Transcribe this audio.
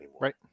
Right